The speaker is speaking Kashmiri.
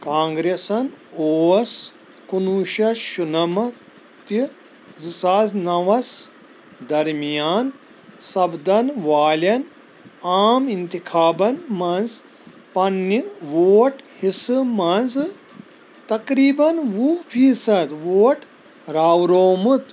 کانٛگرٮ۪سن اوس کُنوُہ شیٚتھ شُنمتھ تہ زٕ ساس نووس درمیان سپدن والٮ۪ن عام انتِخابن منٛز پنٛنہِ ووٹ حِصہٕ منٛزٕ تقریٖباً وُہ فیٖصد ووٹ راورومُت